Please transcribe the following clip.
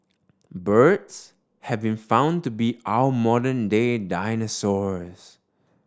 birds have been found to be our modern day dinosaurs